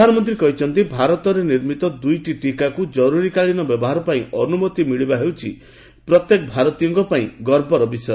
ପ୍ରଧାନମନ୍ତ୍ରୀ କହିଛନ୍ତି ଭାରତରେ ନିର୍ମିତ ଦୁଇଟି ଟୀକାକୁ ଜରୁରୀକାଳୀନ ବ୍ୟବହାର ପାଇଁ ଅନୁମତି ମିଳିବା ହେଉଛି ପ୍ରତ୍ୟେକ ଭାରତୀୟଙ୍କ ପାଇଁ ଗର୍ବର ବିଷୟ